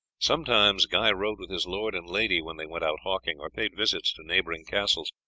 sometimes guy rode with his lord and lady when they went out hawking or paid visits to neighbouring castles.